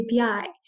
API